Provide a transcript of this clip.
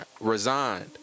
resigned